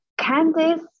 Candice